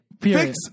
Fix